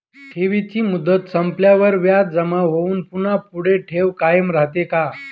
ठेवीची मुदत संपल्यावर व्याज जमा होऊन पुन्हा पुढे ठेव कायम राहते का?